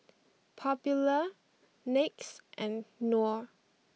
Popular Nyx and Knorr